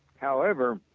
however,